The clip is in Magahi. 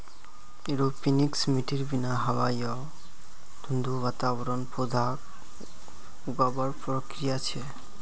एरोपोनिक्स मिट्टीर बिना हवा या धुंध वातावरणत पौधाक उगावार प्रक्रिया छे